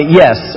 yes